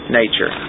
nature